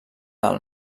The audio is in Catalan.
del